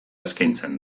eskaintzen